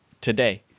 today